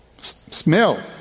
Smell